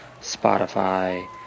Spotify